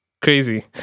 Crazy